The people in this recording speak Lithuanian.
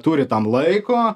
turi tam laiko